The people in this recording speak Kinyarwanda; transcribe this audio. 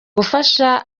gufasha